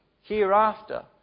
hereafter